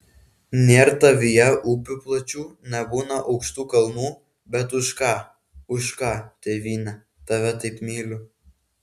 nėr tavyje upių plačių nebūna aukštų kalnų bet už ką už ką tėvyne tave taip myliu